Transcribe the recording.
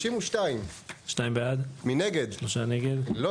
3 נמנעים, 0 הרביזיה לא